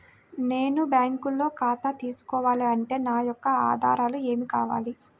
నేను బ్యాంకులో ఖాతా తీసుకోవాలి అంటే నా యొక్క ఆధారాలు ఏమి కావాలి?